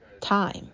time